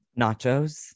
Nachos